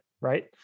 right